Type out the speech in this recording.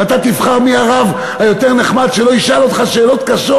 ואתה תבחר מי הרב היותר נחמד שלא ישאל אותך שאלות קשות?